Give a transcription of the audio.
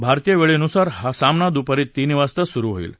भारतीय वेळेनुसार हा सामना दुपारी तीन वाजता सुरू होईल